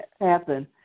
happen